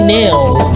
Nails